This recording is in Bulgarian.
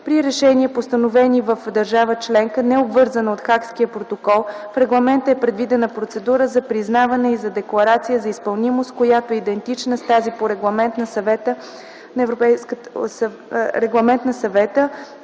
При решения, постановени в държава-членка, необвързана от Хагския протокол, в регламента е предвидена процедура за признаване и за декларация за изпълнимост, която е идентична с тази по Регламент на Съвета